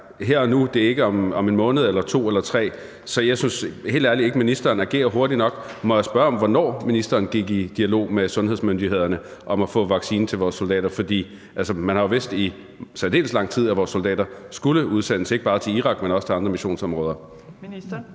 her og nu og ikke om 1, 2 eller 3 måneder, så jeg synes helt ærligt ikke, at ministeren agerer hurtigt nok. Må jeg spørge om, hvornår ministeren gik i dialog med sundhedsmyndighederne om at få vaccine til vores soldater. Man har jo vidst i særdeles lang tid, at vores soldater skulle udsendes, ikke bare til Irak, men også til andre missionsområder. Kl.